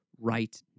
right